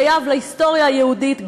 חייב להיסטוריה היהודית,